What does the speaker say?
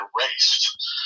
erased